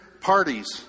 parties